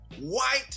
white